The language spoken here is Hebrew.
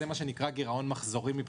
זה מה שנקרא מבחינתנו "גרעון מחזורי".